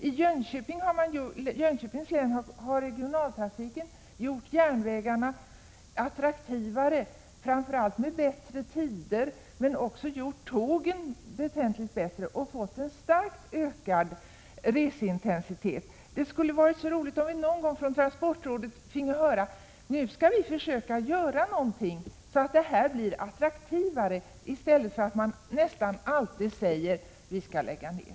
I Jönköpings län har man gjort järnvägarna attraktivare framför allt med bättre tider, men också gjort tågen väsentligt bättre, och fått en starkt ökad reseintensitet. Det skulle vara roligt om vi någon gång från transportrådet finge höra att man ville försöka göra någonting så att det blir attraktivare att resa med järnvägen. I stället säger man nästan alltid att man skall lägga ned.